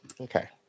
Okay